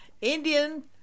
Indian